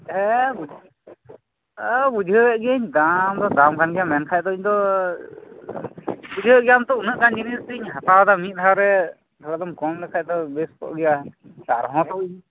ᱦᱮᱸᱻᱻᱻ ᱵᱩᱡᱽ ᱦᱮᱸᱻᱻ ᱵᱩᱡᱷᱟᱹᱣ ᱮᱫ ᱜᱤᱭᱟᱹᱧ ᱫᱟᱢ ᱫᱚ ᱫᱟᱢ ᱠᱟᱱ ᱜᱮᱭᱟ ᱢᱮᱱᱠᱷᱟᱡ ᱫᱚ ᱤᱧ ᱫᱚ ᱵᱩᱡᱷᱟᱹᱣ ᱮᱫ ᱜᱮᱭᱟᱢ ᱛᱚ ᱩᱱᱟᱹᱜ ᱜᱟᱱ ᱡᱤᱱᱤᱥᱤᱧ ᱦᱟᱛᱟᱣ ᱫᱟ ᱢᱤᱫ ᱫᱷᱟᱣᱨᱮ ᱛᱷᱚᱲᱟ ᱫᱚᱢ ᱠᱚᱢ ᱞᱮᱠᱷᱟᱡ ᱫᱚ ᱵᱮᱥ ᱠᱚᱜ ᱜᱮᱭᱟ ᱟᱨ ᱦᱚᱸ ᱛᱚ